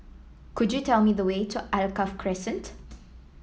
could you tell me the way to Alkaff Crescent